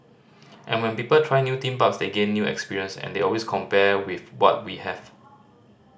and when people try new theme parks they gain new experience and they always compare with what we have